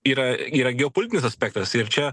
yra yra geopolitinis aspektas ir čia